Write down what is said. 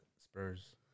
Spurs